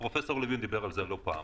פרופ' לוין דיבר על זה לא פעם,